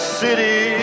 city